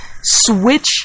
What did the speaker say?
Switch